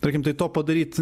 tarkim tai to padaryt